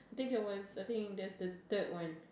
I think that was I think that was the third one